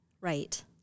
Right